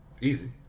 Easy